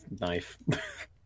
knife